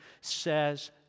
says